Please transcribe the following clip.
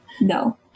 No